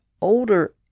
older